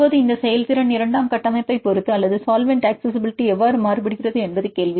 இப்போது இந்த செயல்திறன் இரண்டாம் கட்டமைப்பைப் பொறுத்து அல்லது சால்வெண்ட் அக்சஸிஸிபிலிட்டி எவ்வாறு மாறுபடுகிறது என்பது கேள்வி